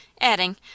adding